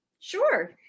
Sure